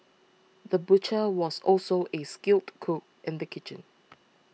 the butcher was also a skilled cook in the kitchen